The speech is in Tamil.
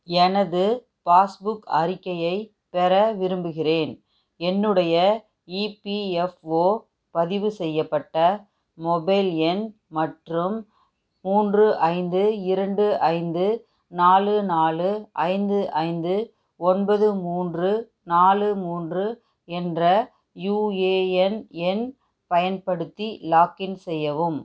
எனது பாஸ்புக் அறிக்கையைப் பெற விரும்புகிறேன் என்னுடைய இபிஎஃப்ஓ பதிவு செய்யப்பட்ட மொபைல் எண் மற்றும் மூன்று ஐந்து இரண்டு ஐந்து நாலு நாலு ஐந்து ஐந்து ஒன்பது மூன்று நாலு மூன்று என்ற யுஏஎன் எண் பயன்படுத்தி லாக்இன் செய்யவும்